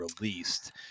released